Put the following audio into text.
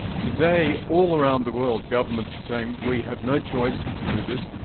today all around the world governments are saying, we have no choice but to do this.